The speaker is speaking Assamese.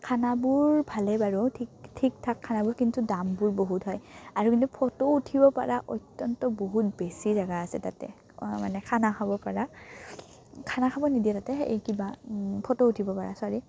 খানাবোৰ ভালেই বাৰু ঠিক ঠিক ঠাক খানাবোৰ কিন্তু দামবোৰ বহুত হয় আৰু কিন্তু ফটো উঠিব পৰা অত্যন্ত বহুত বেছি জেগা আছে তাতে মানে খানা খাব পৰা খানা খাব নিদিয়ে তাতে এ কিবা ফটো উঠিব পাৰ ছ'ৰি